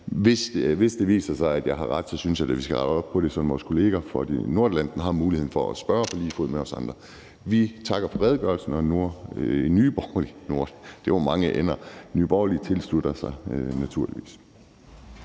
Hvis det viser sig, at jeg har ret, synes jeg da, vi skal rette op på det, så vores kollegaer fra Nordatlanten har muligheden for at spørge på lige fod med os andre. Vi takker for redegørelsen, og Nye Borgerlige tilslutter sig naturligvis.